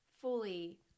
fully